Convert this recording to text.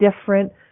different